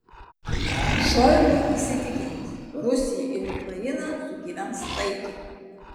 šoigu įsitikinęs rusija ir ukraina sugyvens taikiai